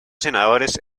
senadores